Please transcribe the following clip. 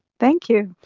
thank you.